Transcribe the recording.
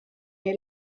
neu